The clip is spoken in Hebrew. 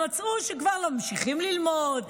הם מצאו שכבר ממשיכים ללמוד,